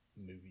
movie